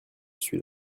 suis